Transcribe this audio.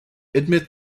admit